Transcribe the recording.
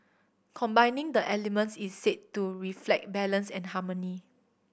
combining the elements is said to reflect balance and harmony